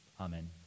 Amen